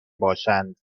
باشند